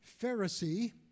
Pharisee